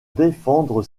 défendre